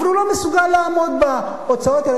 אבל הוא לא מסוגל לעמוד בהוצאות האלה.